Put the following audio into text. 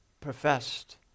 professed